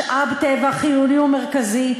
משאב טבע חיוני ומרכזי,